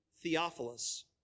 Theophilus